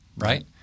right